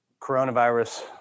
coronavirus